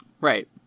right